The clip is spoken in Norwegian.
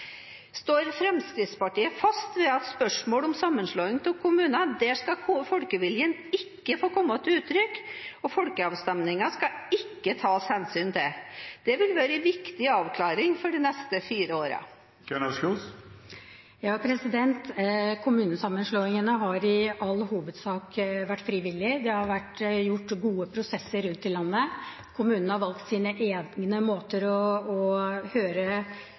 Står Fremskrittspartiet fast ved at i spørsmål om sammenslåing av kommuner skal folkeviljen ikke få komme til uttrykk og folkeavstemningen ikke tas hensyn til? Det ville ha vært en viktig avklaring for de neste fire årene. Kommunesammenslåingene har i all hovedsak vært frivillige. Det har vært gjort gode prosesser rundt i landet. Kommunene har valgt sine egne måter å høre innbyggerne sine på, eller å